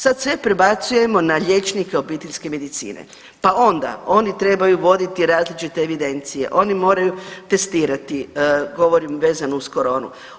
Sad sve prebacujemo na liječnike obiteljske medicine, pa onda oni trebaju voditi različite evidencije, oni moraju testirati govorim vezano uz koronu.